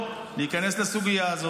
לתרגם,